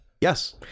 Yes